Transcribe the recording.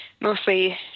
mostly